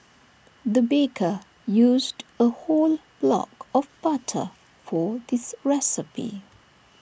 the baker used A whole block of butter for this recipe